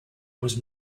was